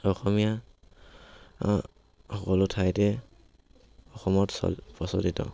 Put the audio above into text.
অসমীয়া সকলো ঠাইতে অসমত চল প্ৰচলিত